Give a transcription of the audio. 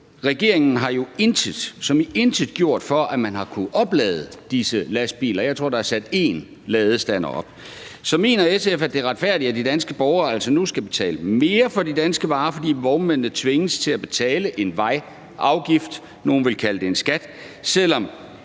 Regeringen har jo intet – som i intet – gjort, for at man har kunnet oplade disse lastbiler. Jeg tror, at der er sat én ladestander op. Så mener SF, at det er retfærdigt, at de danske borgere altså nu skal betale mere for de danske varer, fordi vognmændene tvinges til at betale en vejafgift – nogle vil kalde det en skat – selv om